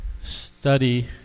study